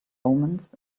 omens